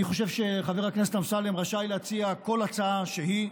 אני חושב שחבר הכנסת אמסלם רשאי להציע כל הצעה שהיא.